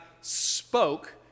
spoke